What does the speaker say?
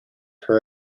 her